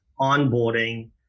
onboarding